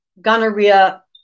gonorrhea